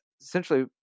essentially